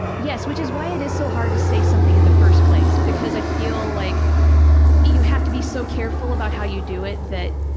yes, which is why it is so hard to say something in the first place, because i feel like you have to be so careful about how you do it that,